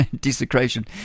desecration